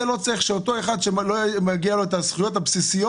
לא צריך שאותו אחד שמגיעות לו את הזכויות הבסיסיות,